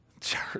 Church